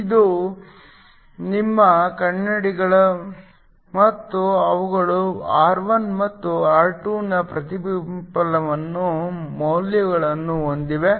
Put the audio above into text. ಇವು ನಿಮ್ಮ ಕನ್ನಡಿಗಳು ಮತ್ತು ಅವುಗಳು R1 ಮತ್ತು R2 ನ ಪ್ರತಿಫಲನ ಮೌಲ್ಯಗಳನ್ನು ಹೊಂದಿವೆ